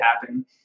happen